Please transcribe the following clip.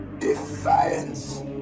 Defiance